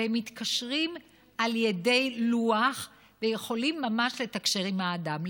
והם מתקשרים על ידי לוח ויכולים ממש לתקשר עם האדם.